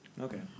Okay